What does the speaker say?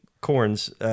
Corns